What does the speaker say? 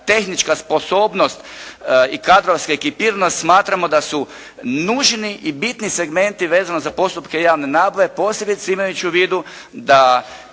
tehnička sposobnost i kadovska … /Govornik se ne razumije./ … smatramo da su nužni i bitni segmenti vezano za postupke javne nabave, posebice imajući u vidu da